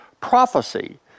Prophecy